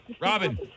Robin